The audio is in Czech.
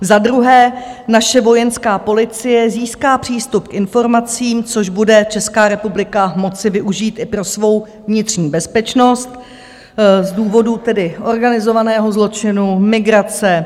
Za druhé, naše vojenská policie získá přístup k informacím, což bude Česká republika moci využít i pro svou vnitřní bezpečnost z důvodu tedy organizovaného zločinu, migrace.